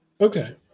okay